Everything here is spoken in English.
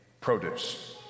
produce